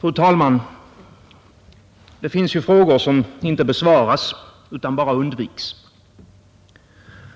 Fru talman! Det finns frågor som inte besvaras utan bara undviks.